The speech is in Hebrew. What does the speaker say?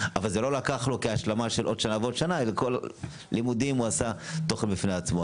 אבל כל לימודים הוא עשה כתוכן בפני עצמו.